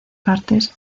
partes